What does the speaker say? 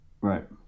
Right